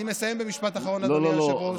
אני מסיים במשפט אחרון, אדוני היושב-ראש.